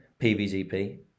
PVZP